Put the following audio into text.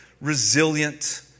resilient